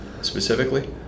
specifically